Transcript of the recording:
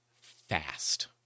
fast